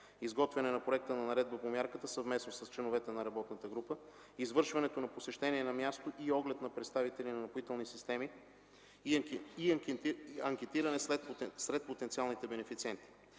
изготвяне на проекта на наредба по мярката съвместно с членовете на работната група; извършването на посещение на място и оглед на представители на „Напоителни системи” и анкетиране сред потенциалните бенефициенти.